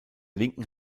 linken